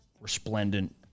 resplendent